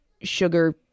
sugar